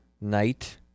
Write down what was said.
knight